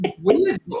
Weird